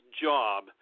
job